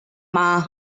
mai